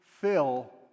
fill